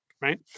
right